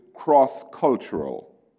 Cross-cultural